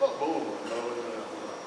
התרבות והספורט נתקבלה.